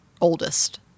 oldest